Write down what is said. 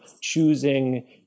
choosing